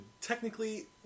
technically